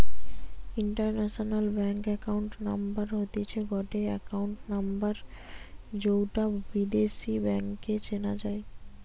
international bank account number হতিছে গটে account number যৌটা বিদেশী ব্যাংকে চেনা যাই